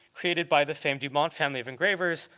created by the famed dumont family of engravers,